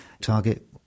target